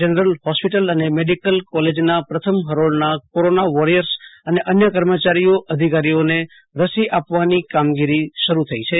general hospital અને medical કોલેજના પ્રથમ ફરોળના કોરોના વોરિયર્સ અને અન્ય કર્મચારીઓ અધિકારીઓને રસી આપવાની કામગીરી શરૂ થઇ છે